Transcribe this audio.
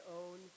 own